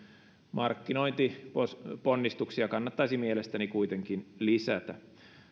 markkinointiponnistuksia kannattaisi mielestäni kuitenkin lisätä